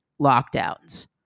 lockdowns